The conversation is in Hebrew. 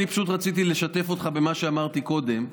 אני פשוט רציתי לשתף אותך במה שאמרתי קודם,